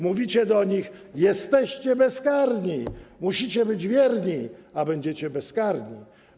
Mówicie do nich: jesteście bezkarni, musicie być wierni, a będziecie bezkarni.